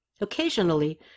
Occasionally